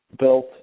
built